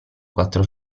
quattro